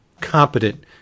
competent